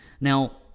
Now